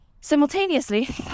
Simultaneously